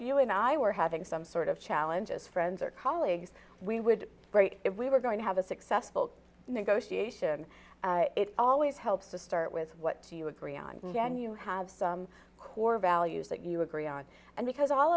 you and i were having some sort of challenges friends or colleagues we would great if we were going to have a successful negotiation it always helps to start with what do you agree on and then you have some core values that you agree on and because all